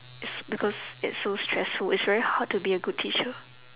is because it's so stressful it's very hard to be a good teacher